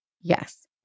Yes